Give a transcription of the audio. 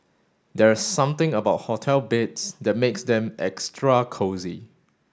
there's something about hotel beds that makes them extra cosy